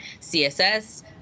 css